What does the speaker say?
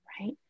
Right